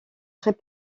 très